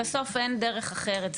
בסוף אין דרך אחרת,